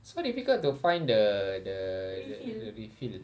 so difficult to find the the the the refill